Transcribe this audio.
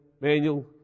manual